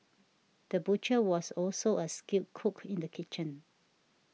the butcher was also a skilled cook in the kitchen